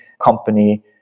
company